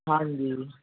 ਹਾਂਜੀ